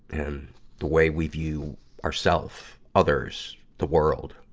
and the way we view ourself, others, the world.